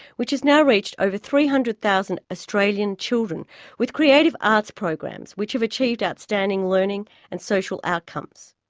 which has now reached over three hundred thousand australian children with creative arts programs which have achieved outstanding learning and social outcomes.